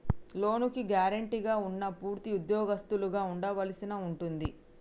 లోనుకి గ్యారెంటీగా ఉన్నా పూర్తి ఉద్యోగస్తులుగా ఉండవలసి ఉంటుంది